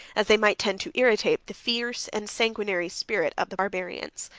as they might tend to irritate the fierce and sanguinary spirit of the barbarians.